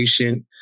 patient